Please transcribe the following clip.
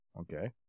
Okay